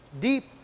deep